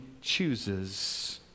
chooses